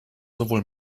sowohl